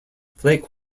flake